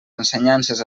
ensenyances